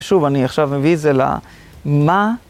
שוב, אני עכשיו מביא את זה ל...מה?